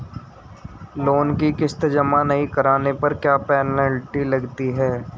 Loan की किश्त जमा नहीं कराने पर क्या पेनल्टी लगती है?